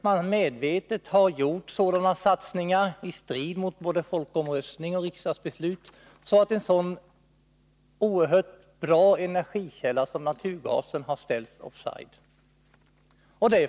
Man har medvetet gjort sådana satsningar, i strid mot både folkomröstning och riksdagsbeslut, att en så oerhört bra energikälla som naturgas har ställts offside.